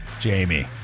Jamie